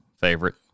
favorite